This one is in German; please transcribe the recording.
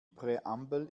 präambel